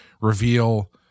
reveal